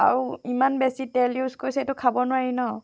আৰু ইমান বেছি তেল ইউজ কৰিছে এইটো খাব নোৱাৰি নহ্